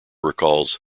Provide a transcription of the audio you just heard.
recalls